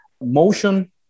motion